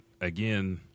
again